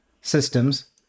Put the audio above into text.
systems